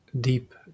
deep